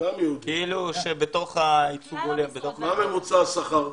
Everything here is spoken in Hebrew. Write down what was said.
מה ממוצע השכר?